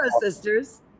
sisters